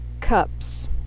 cups